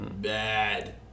bad